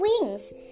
wings